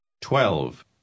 Twelve